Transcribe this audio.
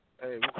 Hey